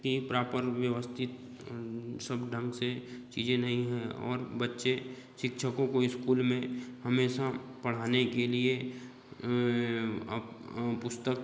कि प्रापर व्यवस्थित सब ढंग से चीज़ें नहीं हैं और बच्चे शिक्षकों को स्कूल में हमेशा पढ़ाने के लिए पुस्तक